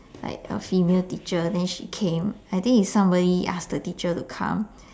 like a female teacher then she came I think is somebody ask the teacher to come